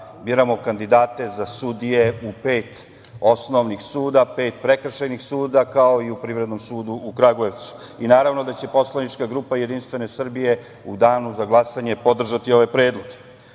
biramo kandidate za sudije u pet osnovnih, pet prekršajnih, kao i u Privrednom sudu u Kragujevcu. Naravno da će poslanička grupa Jedinstvene Srbije u danu za glasanje podržati ove predloge. Izbor